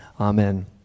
Amen